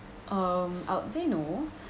um I would say no